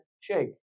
shake